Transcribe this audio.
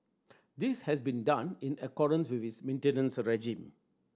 this has been done in accordance with its maintenance regime